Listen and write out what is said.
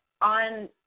on